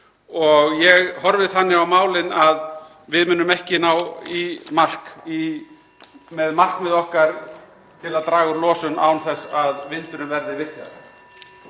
Ég horfi þannig á málin að við munum ekki ná í mark með markmið okkar um að draga úr losun án þess að vindurinn verði virkjaður.